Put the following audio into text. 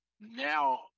now